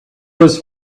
was